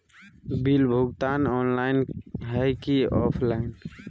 Bill भुगतान online है की ऑफलाइन?